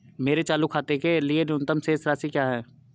मेरे चालू खाते के लिए न्यूनतम शेष राशि क्या है?